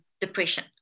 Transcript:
depression